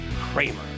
Kramer